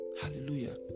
Hallelujah